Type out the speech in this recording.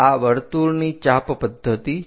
આ વર્તુળની ચાપ પદ્ધતિ છે